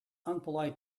unpolite